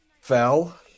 fell